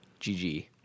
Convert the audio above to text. GG